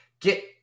get